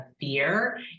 fear